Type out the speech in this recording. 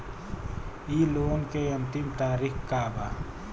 इ लोन के अन्तिम तारीख का बा?